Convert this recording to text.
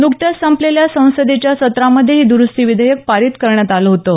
नुकत्याच संपलेल्या संसदेच्या सत्रामध्ये हे दुरुस्ती विधेयक पारित करण्यात आलं होतं